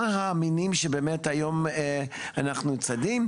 מה המינים שבאמת היום אנחנו צדים.